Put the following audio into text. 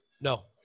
No